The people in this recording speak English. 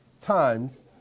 times